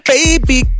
Baby